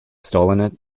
stolen